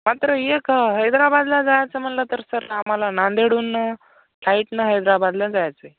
हां तर एक हैदराबादला जायचं म्हणलं तर सर आम्हाला नांदेडहून फ्लाईटनं हैदराबादला जायचं आहे